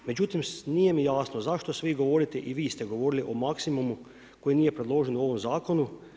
Međutim nije mi jasno zašto svi govorite i vi ste govorili o maksimumu koji nije predložen u ovom zakonu.